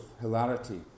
hilarity